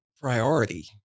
priority